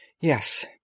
Yes